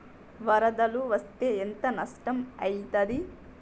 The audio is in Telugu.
వరదలు వస్తే ఎంత నష్టం ఐతది?